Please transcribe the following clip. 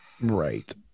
Right